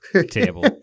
table